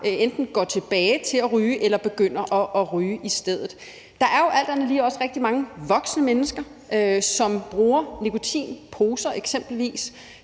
enten går tilbage til at ryge eller begynder at ryge i stedet. Der er jo alt andet lige også rigtig mange voksne mennesker, som bruger nikotinposer eksempelvis